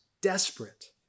desperate